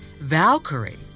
Valkyrie